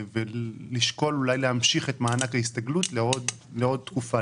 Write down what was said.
לשקול אולי להמשיך את מענק ההסתגלות לעוד תקופה,